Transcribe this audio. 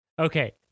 Okay